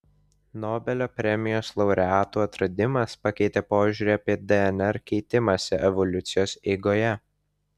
nobelio premijos laureatų atradimas pakeitė požiūrį apie dnr keitimąsi evoliucijos eigoje